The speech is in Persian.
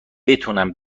بتونم